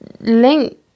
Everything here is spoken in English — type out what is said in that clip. link